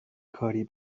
کاری